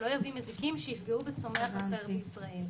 שלא יביא מזיקים שיפגעו בצומח אחר בישראל.